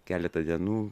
keletą dienų